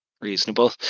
Reasonable